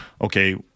okay